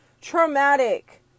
traumatic